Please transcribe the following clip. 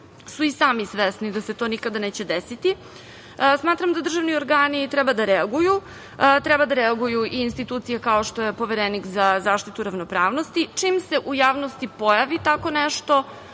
su i sami svesni da se to nikada neće desiti. Smatram da državni organi treba da reaguju. Treba da reaguju i institucije kao što je Poverenik za zaštitu ravnopravnosti, čim se u javnosti pojavi tako nešto,